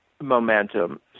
momentum